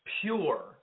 pure